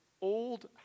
old